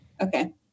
Okay